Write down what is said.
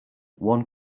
one